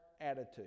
attitude